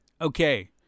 Okay